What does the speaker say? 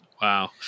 Wow